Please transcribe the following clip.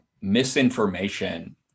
misinformation